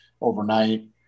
overnight